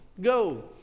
go